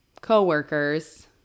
co-workers